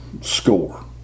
score